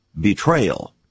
betrayal